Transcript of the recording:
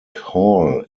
hall